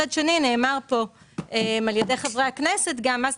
מצד שני נאמר כאן על ידי חברי הכנסת שזה